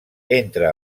entre